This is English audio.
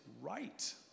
right